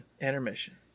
Intermission